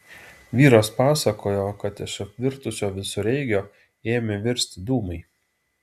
vyras pasakojo kad iš apvirtusio visureigio ėmė virsti dūmai